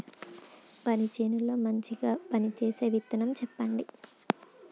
వరి చేను లో మంచిగా పనిచేసే విత్తనం చెప్పండి?